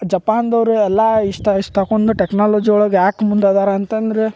ಜಪಾನ್ದವ್ರು ಎಲ್ಲಾ ಇಷ್ಟ ಇಷ್ಟ ತಕೊಂಡು ಟೆಕ್ನಾಲಜಿ ಒಳಗೆ ಯಾಕೆ ಮುಂದೆ ಅದಾರ ಅಂತಂದ್ರೆ